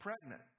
pregnant